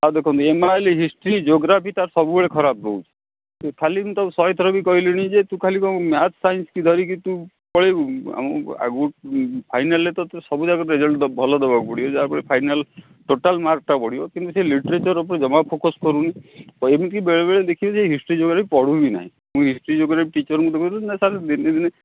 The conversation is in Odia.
ଆଉ ଦେଖନ୍ତୁ M I L history geography ତା'ର ସବୁବେଳେ ଖରାପ ରହୁଛି ଖାଲି ମୁଁ ତାକୁ ଶହେ ଥର ବି କହିଲିଣି ଯେ ତୁ ଖାଲି କ'ଣ ମ୍ୟାଥ୍ ସାଇନ୍ସ କି ଧରିକି ତୁ ପଳେଇବୁ ଆଗକୁ ଫାଇନାଲ୍ରେ ତ ସବୁ ଯାକ ରେଜଲ୍ଟ ଭଲ ଦବାକୁ ପଡ଼ିବ ଯାହା ଫଳରେ ଫାଇନାଲ୍ ଟୋଟାଲ୍ ମାର୍କ୍ଟା ବଢ଼ିବ କିନ୍ତୁ ସେ ଲିଟ୍ରେଚର୍ ଉପରେ ଜମା ଫୋକସ୍ କରୁନି ଆଉ ଏମିତିକି ବେଳେ ବେଳେ ଦେଖିଲି ଯେ ହିଷ୍ଟ୍ରି ଜିଓଗ୍ରାଫି ପଢ଼ୁ ବି ନାହିଁ ମୁଁ ହିଷ୍ଟ୍ରି ଜିଓଗ୍ରାଫି ଟିଚର୍ଙ୍କୁ ନା ସାର୍ ଦିନେ ଦିନେ